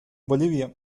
bolivia